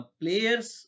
players